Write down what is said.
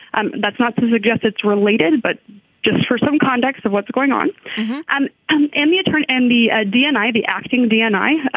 um that's not to suggest it's related but just for some context of what's going on and um in the attorney and the ah dni the acting dni